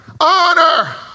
Honor